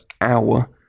hour